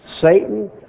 Satan